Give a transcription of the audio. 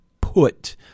put